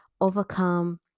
overcome